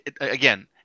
again